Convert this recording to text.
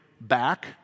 back